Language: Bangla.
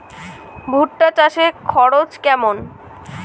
ভুট্টা চাষে খরচ কেমন?